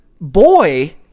boy